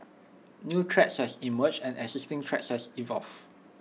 new threats has emerged and existing threats has evolved